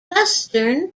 western